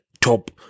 top